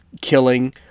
killing